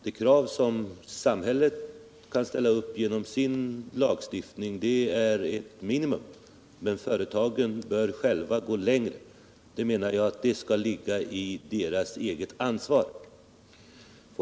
De krav som samhället kan ställa genom sin lagstiftning är ett minimum, men företagen bör själva gå längre. Det menar jag skall ligga i deras eget ansvar.